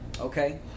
Okay